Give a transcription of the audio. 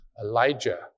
Elijah